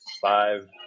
Five